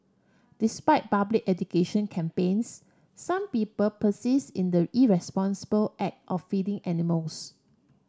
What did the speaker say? despite public education campaigns some people persist in the irresponsible act of feeding animals